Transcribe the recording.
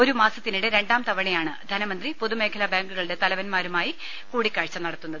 ഒരു മാസത്തിനിടെ രണ്ടാംതവണയാണ് ധനമന്ത്രി പൊതുമേഖലാ ബാങ്കുകളുടെ തലവൻമാരുമായി കൂടിക്കാഴ്ച നടത്തുന്നത്